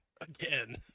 Again